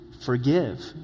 forgive